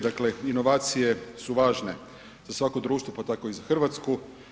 Dakle inovacije su važne za svako društvo pa tako i za Hrvatsku.